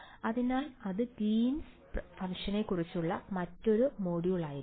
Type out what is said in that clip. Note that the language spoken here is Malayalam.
അതിനാൽ അത് ഗ്രീനിന്റെ Green's പ്രവർത്തനങ്ങളെക്കുറിച്ചുള്ള മറ്റൊരു മൊഡ്യൂളായിരിക്കും